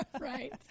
Right